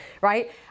right